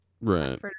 right